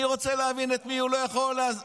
אני רוצה להבין את מי הוא לא יכול לשאת.